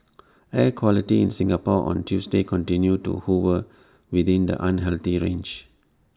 air quality in Singapore on Tuesday continues to hover within the unhealthy range